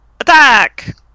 Attack